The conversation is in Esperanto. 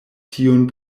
tiun